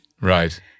Right